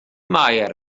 mair